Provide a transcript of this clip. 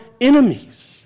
enemies